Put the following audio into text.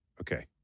okay